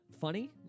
funny